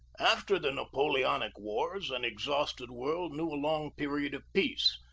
after the napoleonic wars an exhausted world knew a long period of peace,